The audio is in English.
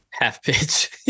Half-pitch